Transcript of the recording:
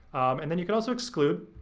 and then you could also exclude.